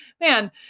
man